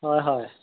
হয় হয়